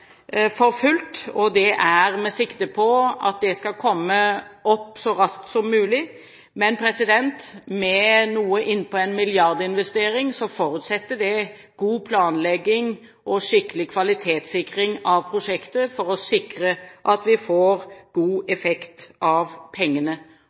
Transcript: er med sikte på at det skal komme opp så raskt som mulig. Men med noe innpå en milliardinvestering forutsetter det god planlegging og skikkelig kvalitetssikring av prosjektet for å sikre at vi får god